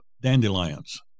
dandelions